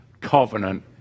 covenant